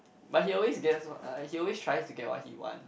but he always gets what uh he always tries to get what he want